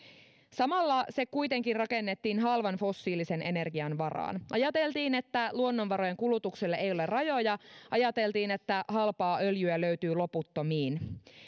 samalla se kuitenkin rakennettiin halvan fossiilisen energian varaan ajateltiin että luonnonvarojen kulutukselle ei ole rajoja ajateltiin että halpaa öljyä löytyy loputtomiin